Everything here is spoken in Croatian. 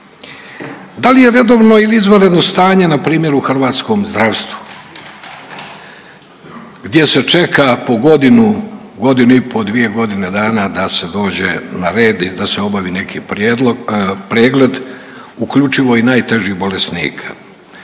Da li je redovno ili izvanredno stanje npr. u hrvatskom zdravstvu gdje se čeka po godinu, godinu i po, dvije godine dana da se dođe na red i da se obavi neki prijedlog, pregled uključivo i najtežih bolesnika?